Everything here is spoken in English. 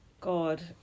god